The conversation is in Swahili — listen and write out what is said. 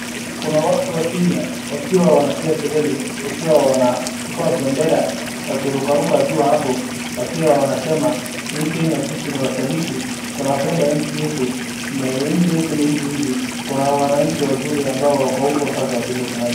Kuna watu wa Kenya wakiwa wanapiga kelele wakiwa wanachukua bendera, wakirukaruka juu hapo wakiwa wanasema hii Kenya sisi ni wasaliti, tunapenda nchi yetu, na hii nchi yetu ni hivihivi, kuna wananchi wazuri ambao wako huko sasa vile tunavyoona.